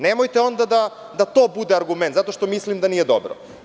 Nemojte onda da to bude argument, zato što mislim da nije dobro.